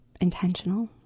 intentional